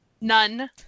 None